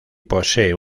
posee